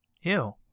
Ew